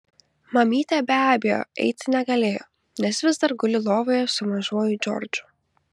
mamytė be abejo eiti negalėjo nes vis dar guli lovoje su mažuoju džordžu